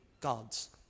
gods